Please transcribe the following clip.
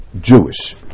Jewish